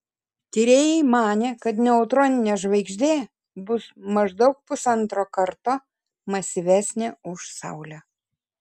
tyrėjai manė kad neutroninė žvaigždė bus maždaug pusantro karto masyvesnė už saulę